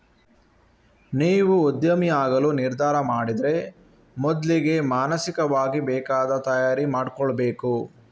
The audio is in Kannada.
ನೀವು ಉದ್ಯಮಿಯಾಗಲು ನಿರ್ಧಾರ ಮಾಡಿದ್ರೆ ಮೊದ್ಲಿಗೆ ಮಾನಸಿಕವಾಗಿ ಬೇಕಾದ ತಯಾರಿ ಮಾಡ್ಕೋಬೇಕು